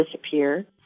disappear